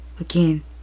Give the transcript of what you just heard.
again